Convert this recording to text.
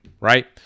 right